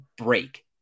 break